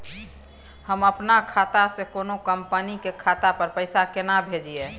हम अपन खाता से कोनो कंपनी के खाता पर पैसा केना भेजिए?